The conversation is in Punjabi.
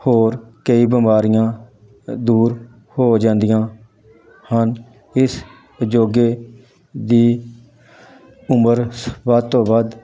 ਹੋਰ ਕਈ ਬਿਮਾਰੀਆਂ ਦੂਰ ਹੋ ਜਾਂਦੀਆਂ ਹਨ ਇਸ ਯੋਗਾ ਦੀ ਉਮਰ ਵੱਧ ਤੋਂ ਵੱਧ